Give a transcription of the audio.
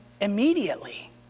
immediately